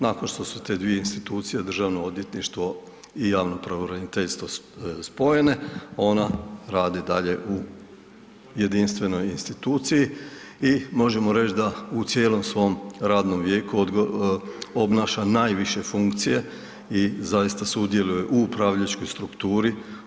Nakon što su te dvije institucije državno odvjetništvo i javno pravobraniteljstvo spojene ona radi dalje u jedinstvenoj instituciji i možemo reći da u cijelom svom radnom vijeku obnaša najviše funkcije i zaista sudjeluje u upravljačkoj strukturi.